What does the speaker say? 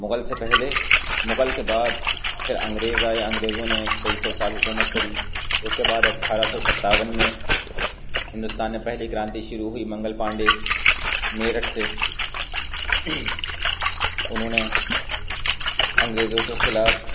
مغل سے پہلے مغل کے بعد پھر انگریز آئے انگریزوں نے کئی سو سال حکومت کری اس کے بعد اٹھارہ سو ستاون میں ہندوستان میں پہلی کرانتی شروع ہوئی منگل پانڈے میرٹھ سے انہوں نے انگریزوں کے خلاف